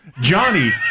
Johnny